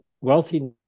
wealthy